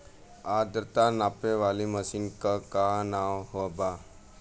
आद्रता नापे वाली मशीन क का नाव बा?